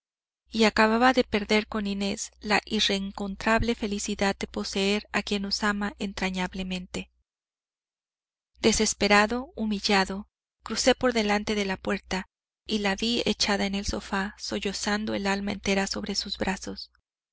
y acababa de perder con inés la irreencontrable felicidad de poseer a quien nos ama entrañablemente desesperado humillado crucé por delante de la puerta y la vi echada en el sofá sollozando el alma entera sobre sus brazos